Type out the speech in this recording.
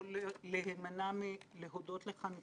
אפשר לוותר על מסיבת פרידה, אדוני...